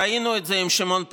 ראינו את זה עם שמעון פרס,